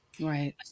Right